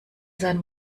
sein